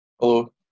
Hello